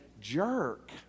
jerk